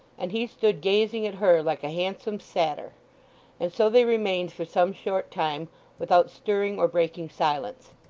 and he stood gazing at her like a handsome satyr and so they remained for some short time without stirring or breaking silence.